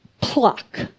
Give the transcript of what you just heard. Pluck